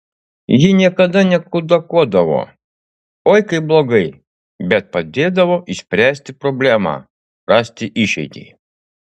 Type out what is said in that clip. ji niekada nekudakuodavo oi kaip blogai bet padėdavo išspręsti problemą rasti išeitį